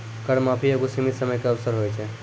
कर माफी एगो सीमित समय के अवसर होय छै